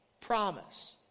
Promise